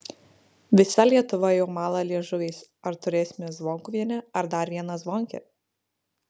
visa lietuva jau mala liežuviais ar turėsime zvonkuvienę ar dar vieną zvonkę